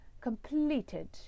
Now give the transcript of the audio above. completed